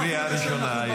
קריאה ראשונה,